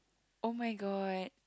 oh-my-god